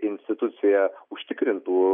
institucija užtikrintų